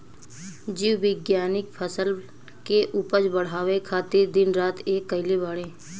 जीव विज्ञानिक फसल के उपज बढ़ावे खातिर दिन रात एक कईले बाड़े